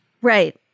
Right